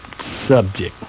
subject